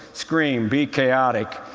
scream, be chaotic,